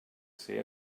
ser